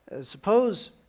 suppose